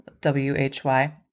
W-H-Y